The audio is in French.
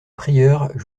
prieure